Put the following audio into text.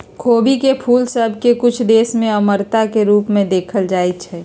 खोबी के फूल सभ के कुछ देश में अमरता के रूप में देखल जाइ छइ